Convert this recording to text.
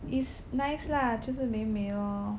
it's nice lah 就是美美咯